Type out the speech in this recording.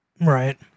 Right